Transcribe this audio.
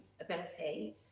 ability